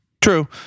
true